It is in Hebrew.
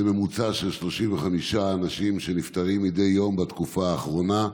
זה ממוצע של 35 אנשים שנפטרים מדי יום בתקופה האחרונה,